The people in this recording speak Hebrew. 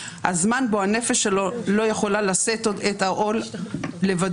הזמן בו הנפש שלו לא יכולה לשאת עוד את העול לבדו,